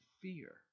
fear